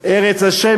"ארץ אשר